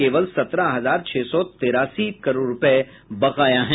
केवल सत्रह हजार छह सौ तेरासी करोड़ रुपए बकाया है